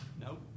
Nope